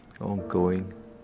ongoing